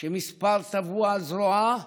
שמספר טבוע על זרועה